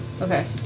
Okay